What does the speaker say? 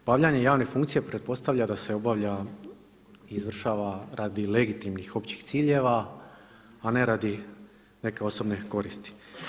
Obavljanje javne funkcije pretpostavlja da se obavlja i izvršava radi legitimnih općih ciljeva a ne radi neke osobne koristi.